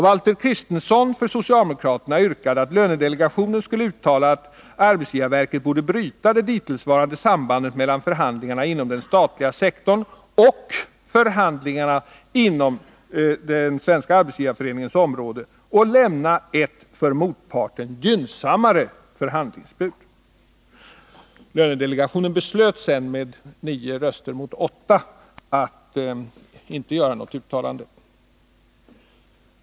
Valter Kristenson för socialdemokraterna yrkade att lönedelegationen skulle uttala att arbetsgivarverket borde bryta det dittillsvarande sambandet mellan förhandlingarna inom den statliga sektorn och förhandlingen inom Svenska arbetsgivareföreningens område samt lämna ett för motparten gynnsammare förhandlingsbud. Lönedelegationen beslöt med nio röster mot åtta att inte göra något uttalande.